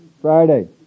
Friday